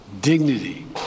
dignity